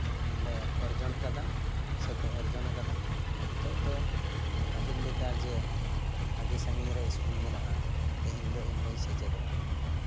ᱞᱮ ᱚᱨᱡᱚᱱ ᱟᱠᱟᱫᱟ ᱥᱮᱠᱚ ᱚᱨᱡᱚᱱ ᱟᱠᱟᱫᱟ ᱱᱤᱛᱳᱜ ᱫᱚ ᱯᱟᱹᱦᱤᱞ ᱞᱮᱠᱟ ᱡᱮ ᱟᱹᱰᱤ ᱥᱟᱺᱜᱤᱧ ᱨᱮ ᱤᱥᱠᱩᱞ ᱢᱮᱱᱟᱜᱼᱟ ᱛᱮᱦᱤᱧ ᱫᱚ ᱤᱧ ᱵᱟᱹᱧ ᱥᱮᱪᱮᱫᱚᱜᱼᱟ